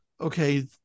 okay